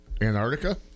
Antarctica